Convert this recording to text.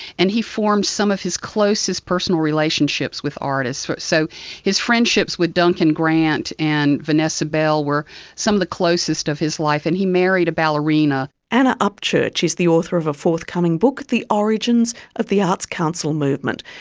and he formed some of his closest personal relationships with artists. so his friendships with duncan duncan grant and vanessa bell were some of the closest of his life. and he married a ballerina. anna upchurch is the author of a forthcoming book, the origins of the arts council movement.